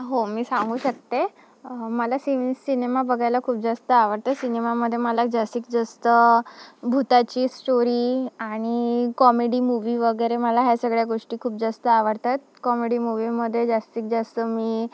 हो मी सांगू शकते मला सि सिनेमा बघायला खूप जास्त आवडतं सिनेमामध्ये मला जास्तीत जास्त भूताची स्टोरी आणि कॉमेडी मूव्ही वगैरे मला ह्या सगळ्या गोष्टी खूप जास्त आवडतात कॉमेडी मूव्हीमध्ये जास्तीत जास्त मी